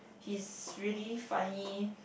he's really funny